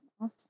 Awesome